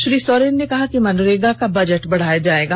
श्री सोरेन ने कहा कि मनरेगा का बजट बढ़ाया जाएगा